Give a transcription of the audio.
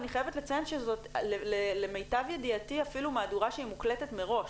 אני חייבת לציין שזאת למיטב ידיעתי אפילו מהדורה שהיא מוקלטת מראש,